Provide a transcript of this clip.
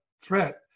threat